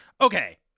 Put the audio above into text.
Okay